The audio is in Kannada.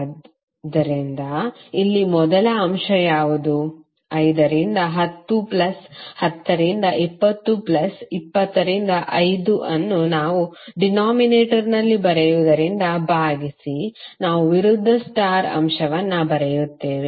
ಆದ್ದರಿಂದ ಇಲ್ಲಿ ಮೊದಲ ಅಂಶ ಯಾವುದು 5 ರಿಂದ 10 ಪ್ಲಸ್ 10 ರಿಂದ 20 ಪ್ಲಸ್ 20 ರಿಂದ 5 ಅನ್ನು ನಾವು ಡಿನಾಮಿನೇಟರ್ನಲ್ಲಿ ಬರೆಯುವುದರಿಂದ ಭಾಗಿಸಿ ನಾವು ವಿರುದ್ಧ ಸ್ಟಾರ್ ಅಂಶವನ್ನು ಬರೆಯುತ್ತೇವೆ